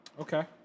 Okay